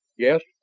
yes,